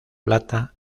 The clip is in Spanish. plata